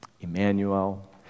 Emmanuel